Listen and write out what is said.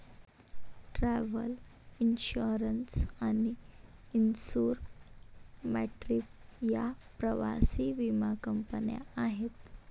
travel insurance आणि insure my trip या प्रवासी विमा कंपन्या आहेत